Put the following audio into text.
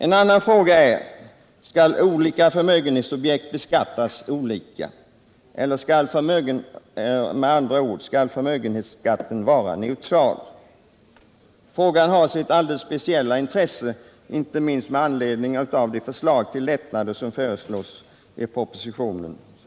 En annan fråga är om olika förmögenhetsobjekt skall beskattas olika eller om förmögenhetsskatten skall vara neutral. Frågan har sitt alldeles 87 speciella intresse inte minst med anledning av det förslag till lättnader som framläggs i propositionen.